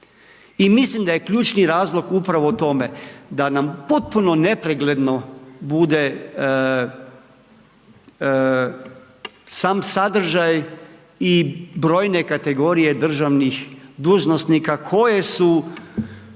mislim da je ključni razlog, upravo o tome, da nam potpuno nepregledno bude sam sadržaj i brojne kategorije državnih dužnosnika, koje su